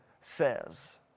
says